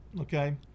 okay